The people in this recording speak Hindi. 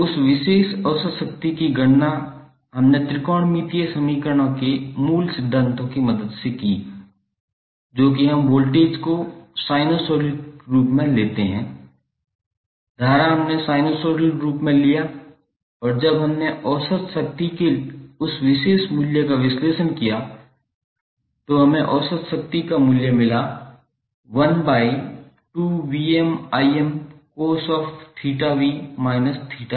तो उस विशेष औसत शक्ति की गणना हमने त्रिकोणमितीय समीकरणों के मूल सिद्धांतों की मदद से की जो कि हम वोल्टेज को साइनसोइडल रूप में लेते हैं धारा हमने साइनसोइडल रूप में लिया और जब हमने औसत शक्ति के उस विशेष मूल्य का विश्लेषण किया तो हमें औसत शक्ति का मूल्य मिला 1 by 2 VmIm cos of theta v minus theta i